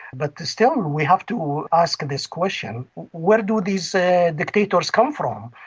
but still we have to ask this question where do these ah dictators come from?